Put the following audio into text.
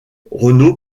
renault